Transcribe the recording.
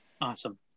Awesome